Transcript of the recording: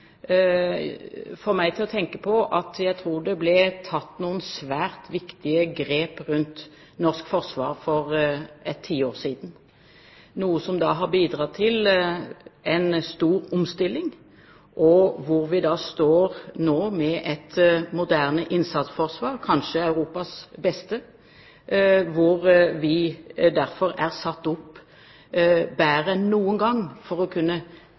meg til å tenke på at det ble tatt noen svært viktige grep rundt norsk forsvar for – jeg tror – et tiår siden, noe som har bidratt til en stor omstilling. Vi står nå med et moderne innsatsforsvar – kanskje Europas beste – og er derfor bedre enn noen gang i stand til å kunne